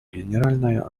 генеральная